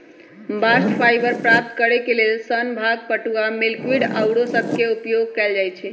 bast fibre प्राप्त करेके लेल सन, भांग, पटूआ, मिल्कवीड आउरो सभके उपयोग कएल जाइ छइ